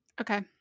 Okay